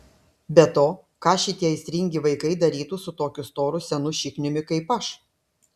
be to ką šitie aistringi vaikai darytų su tokiu storu senu šikniumi kaip aš